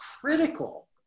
critical